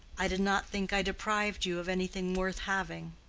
i did not think i deprived you of anything worth having.